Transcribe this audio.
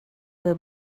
will